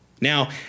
Now